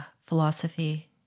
philosophy